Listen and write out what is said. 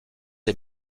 est